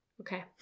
Okay